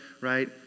right